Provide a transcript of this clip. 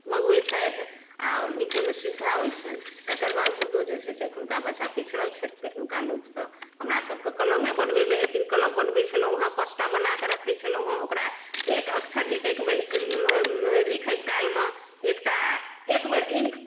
मंगबै छथि आ लिखै मे सुविधा होइ छनि तकर बावजूदो जे छै से एखुनका बच्चा पिछड़ल छथि पहिनुका लोक सऽ हमरा सबके कलमे बनबै मे एक दिन कलम बनबै छलहुॅं हँ पांच टा बना कऽ रखै छलहुॅं हँ ओकरा एक अक्षर लिखै एकबेर लिखै काल मे एक टा एकबेर इंक